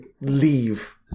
leave